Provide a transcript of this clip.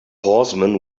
horseman